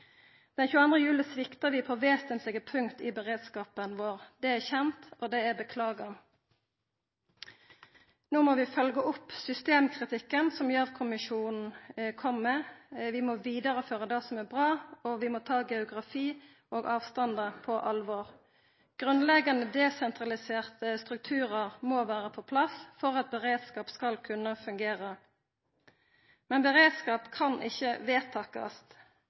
juli svikta vi på vesentlege punkt i beredskapen vår. Det er kjent, og det er beklaga. No må vi følgja opp systemkritikken som Gjørv-kommisjonen kom med. Vi må vidareføra det som er bra, og vi må ta geografi og avstandar på alvor. Grunnleggjande desentraliserte strukturar må vera på plass for at beredskap skal kunna fungera. Men beredskap kan ikkje vedtakast.